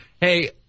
Hey